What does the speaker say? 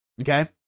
Okay